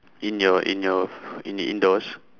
in your in your in your indoors